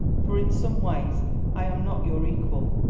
for in some ways i am not your equal,